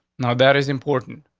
now, that is important,